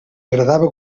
agradava